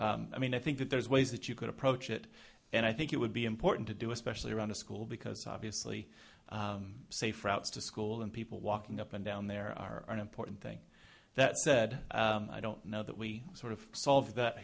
i mean i think that there's ways that you could approach it and i think it would be important to do especially around the school because obviously safe routes to school and people walking up and down there are an important thing that said i don't know that we sort of solve that